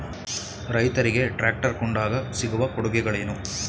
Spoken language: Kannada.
ರೈತರಿಗೆ ಟ್ರಾಕ್ಟರ್ ಕೊಂಡಾಗ ಸಿಗುವ ಕೊಡುಗೆಗಳೇನು?